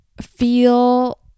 feel